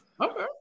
Okay